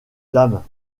dames